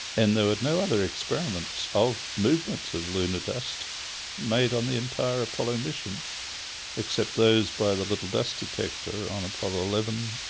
and there were no other experiments of movements of lunar dust made on the entire apollo mission except those by the little dust detector on apollo eleven,